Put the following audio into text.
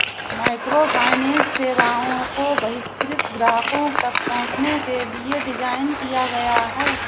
microfinance सेवाओं को बहिष्कृत ग्राहकों तक पहुंचने के लिए डिज़ाइन किया गया है